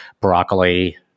broccoli